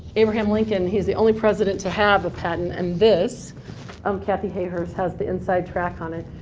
abraham lincoln. he's the only president to have a patent. and this um kathy hayhurst has the inside track on it.